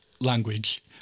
language